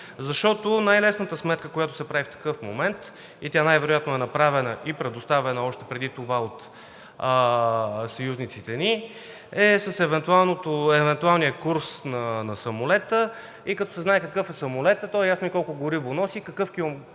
Най-лесната сметка, която се прави в такъв момент, и тя, най-вероятно, е направена и предоставена още преди това от съюзниците ни, е с евентуалния курс на самолета, като се знае какъв е самолетът, е ясно колко гориво носи